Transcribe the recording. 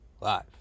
live